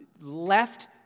left